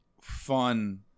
fun